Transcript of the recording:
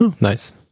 nice